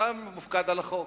אתה מופקד על החוק,